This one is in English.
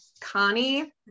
Connie